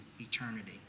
eternity